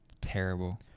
terrible